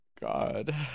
God